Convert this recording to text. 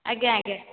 ଆଜ୍ଞା ଆଜ୍ଞା